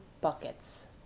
buckets